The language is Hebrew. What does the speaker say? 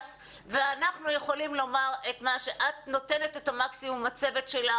ואנחנו יכולים לומר שאת נותנת את המקסימום עם הצוות שלך.